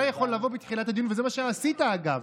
אתה יכול לבוא בתחילת הדיון, וזה מה שעשית, אגב.